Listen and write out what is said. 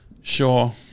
Sure